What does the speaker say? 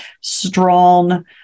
strong